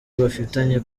bafitanye